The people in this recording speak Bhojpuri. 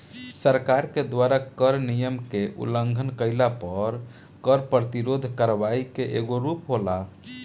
सरकार के द्वारा कर नियम के उलंघन कईला पर कर प्रतिरोध करवाई के एगो रूप होला